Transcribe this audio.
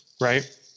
Right